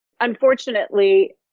Unfortunately